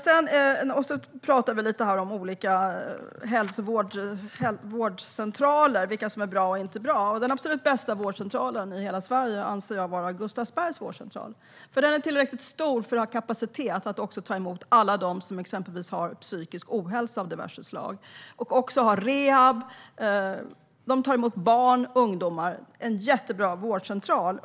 Vi pratar om olika vårdcentraler, vilka som är bra och inte bra. Den absolut bästa vårdcentralen i hela Sverige anser jag är Gustavsbergs vårdcentral. Den är tillräckligt stor för att ha kapacitet att ta emot alla som exempelvis har psykisk ohälsa av diverse slag. Man har rehab. Man tar emot barn och ungdomar. Det är en jättebra vårdcentral.